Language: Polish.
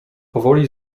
powoli